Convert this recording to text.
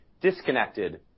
disconnected